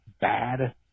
Bad